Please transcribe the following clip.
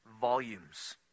volumes